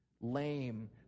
lame